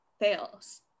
fails